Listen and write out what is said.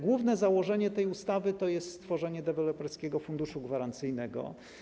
Główne założenie tej ustawy to jest stworzenie Deweloperskiego Funduszu Gwarancyjnego.